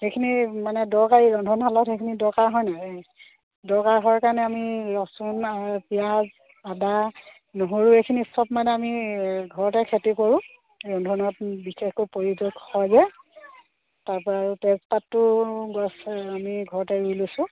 সেইখিনি মানে দৰকাৰী ৰন্ধনশালত সেইখিনি দৰকাৰ হয়নে দৰকাৰ হোৱাৰ কাৰণে আমি ৰচুন পিঁয়াজ আদা নহৰু এইখিনি সব মানে আমি ঘৰতে খেতি কৰোঁ ৰন্ধনত বিশেষকৈ প্ৰয়োগ হয় যে তাৰপৰা আৰু তেজপাতটো গছ আমি ঘৰতে ৰুই লৈছোঁ